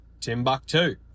Timbuktu